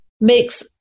makes